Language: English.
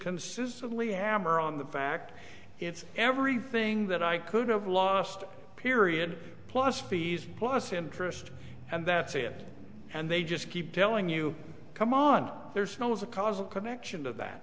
consistently hammer on the fact it's everything that i could've lost period plus fees plus interest and that's it and they just keep telling you come on there's no was a causal connection